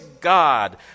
God